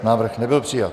Návrh nebyl přijat.